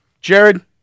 Jared